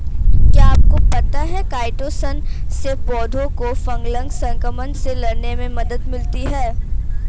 क्या आपको पता है काइटोसन से पौधों को फंगल संक्रमण से लड़ने में मदद मिलती है?